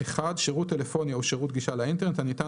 (1)שירות טלפוניה או שירות גישה לאינטרנט הניתן